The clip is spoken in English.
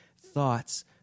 thoughts